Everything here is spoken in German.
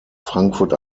frankfurt